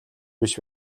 биш